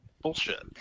bullshit